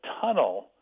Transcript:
tunnel